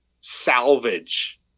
salvage